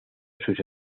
sus